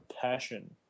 passion